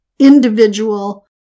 individual